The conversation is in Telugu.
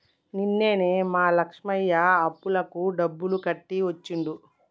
నిన్ననే మా లక్ష్మయ్య అప్పులకు డబ్బులు కట్టి వచ్చిండు